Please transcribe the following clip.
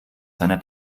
seiner